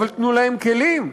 תנו להם כלים,